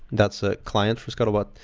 that's a client for scuttlebutt.